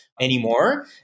anymore